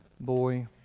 boy